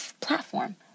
platform